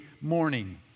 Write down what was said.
morning